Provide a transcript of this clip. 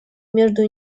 между